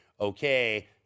okay